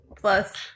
plus